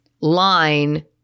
line